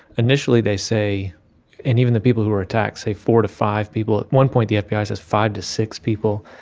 initially they say and even the people who were attacked say four to five people. at one point, the fbi ah says five to six people.